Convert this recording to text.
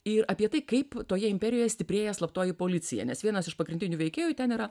ir apie tai kaip toje imperijoje stiprėja slaptoji policija nes vienas iš pagrindinių veikėjų ten yra